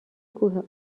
کوه